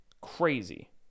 crazy